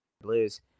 Blues